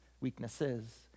weaknesses